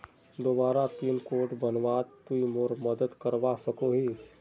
दोबारा pin code बनवात तुई मोर मदद करवा सकोहिस?